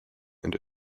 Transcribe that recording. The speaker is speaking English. and